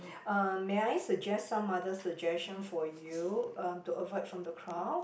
uh may I suggest some other suggestion for you um to avoid from the crowd